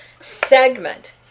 segment